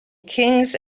kings